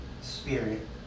spirit